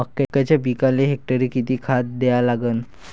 मक्याच्या पिकाले हेक्टरी किती खात द्या लागन?